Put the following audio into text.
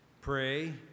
pray